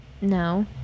no